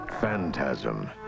Phantasm